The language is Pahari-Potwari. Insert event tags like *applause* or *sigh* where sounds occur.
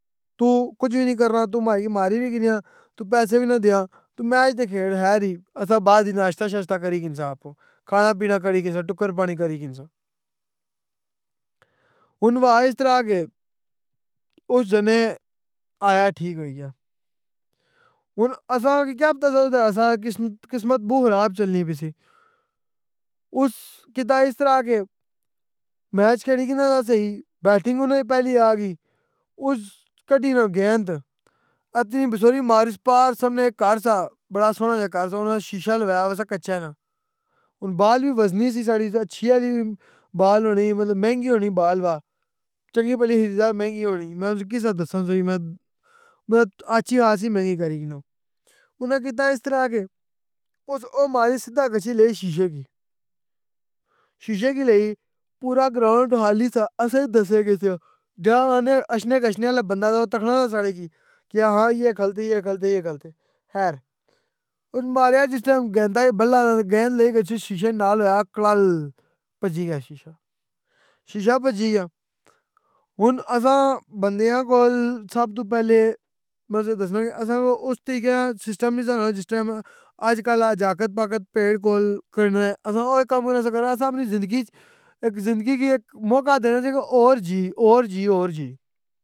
۔تو کج وی نی کرنا تو ماڑی کی ماری وی گنیا, تو پیسے وی نہ دیاں؟ تو میچ تہ کھییڈ خیر ائی اساں بعد اچ ناشتہ شاستہ کری گنساں آپ, کھانا پینا کری گنساں ٹکّر پانی کری گنساں۔ *hesitation* ہن ہوا اِس طرح کہ اُس جنے آیا ٹھیک ہوئی گیا, ہن اساں کی کے پتہ کہ اساں نی قسمت بوں خراب چلنی پی سی۔ اُس کیتا اِس طرح کہ میچ کھیڑی کہ نہ سئی بیٹنگ اُنا نی پہلے آ گئی, اُس كڈینہ گیند اتنی بیسوری مارس پار سامنے اِک گھار سا بڑا سوہنا جیا گھار سا اوناں نے شیشہ لوایا ہویا سا کچے نہ, ہن بال وی وزنی سی ساڑی اچھی آلی بال ہونی مطلب مہنگی ہونی بال وا چنگی بلی مہنگی ہونی میں اسکی کس طرح دساں تُکی میں, میں اچھی خاصی مہنگی کری گینو۔ اوناں کیتا اِس طرح کہ اُس ماری سدّا گچھی لئی شیشے کی۔ شیشے کی لئی, پورا گراؤنڈ خالی سہ اساں کی دسے گسیو, دیا گانے اشنے گشنے آلا بندہ تو تکنا نہ سارے کی, کہ آہاں یہ کھلتے یہ کھلتے یہ کھلتے۔ خیر, ہن ماریا جِس ٹیم گیندا کی بلا نال تہ گیند لئی گچھی شیشے نال ہویے کڑل, پجی گیا شیشہ۔ شیشہ پجی گیا۔ ہن اساں بندیاں کول سب توں پہلے میں تُساں کی دسناں کہ اساں او اُس طریقے نہ سسٹم نی سہ ہونا جِس ٹائم آج کل اے جاکت پاکت پیڑ کول کھیڈنے۔ اساں او اِک کام ہونے سے کہ اساں اپنی زندگی اچ اِک زندگی اِک موقع دینی سی کہ اور جی اور جی اور جی